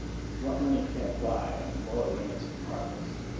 what money can't buy on the moral limits of markets.